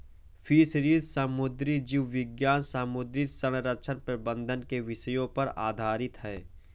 fisheries समुद्री जीव विज्ञान समुद्री संरक्षण प्रबंधन के विषयों पर आधारित है